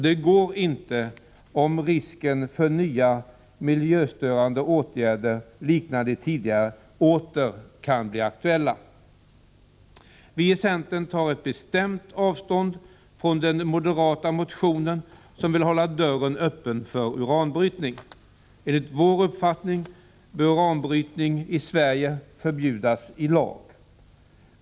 Detta går inte om risken för nya miljöstörande åtgärder liknande de tidigare åter kan bli aktuella. Vii centern tar bestämt avstånd från den moderata motionen som vill hålla dörren öppen för uranbrytning. Enligt vår uppfattning bör uranbrytning i Sverige förbjudas i lag.